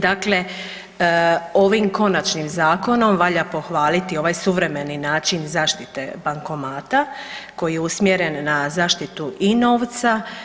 Dakle, ovim konačnim zakonom valja pohvaliti ovaj suvremeni način zaštite bankomata koji je usmjeren na zaštitu i novca.